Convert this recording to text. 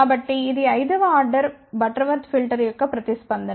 కాబట్టి ఇది 5 వ ఆర్డర్ బటర్వర్త్ ఫిల్టర్ యొక్క ప్రతిస్పందన